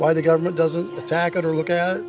why the government doesn't attack it or look at